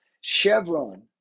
Chevron